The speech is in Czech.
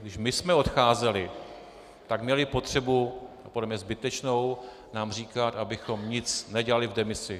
Když my jsme odcházeli, tak měli potřebu a podle mě zbytečnou nám říkat, abychom nic nedělali v demisi.